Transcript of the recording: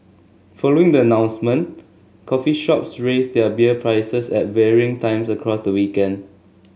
following the announcement coffee shops raised their beer prices at varying times across the weekend